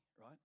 Right